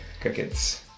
Crickets